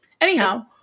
Anyhow